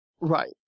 right